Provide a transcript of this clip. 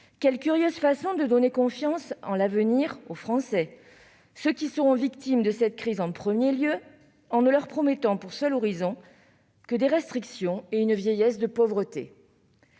Quelle curieuse façon de donner confiance en l'avenir aux Français, premières victimes de la crise, en leur promettant pour seul horizon des restrictions et une vieillesse de pauvreté